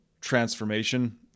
transformation